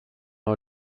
our